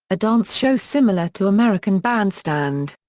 a dance show similar to american bandstand.